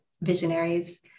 visionaries